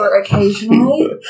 occasionally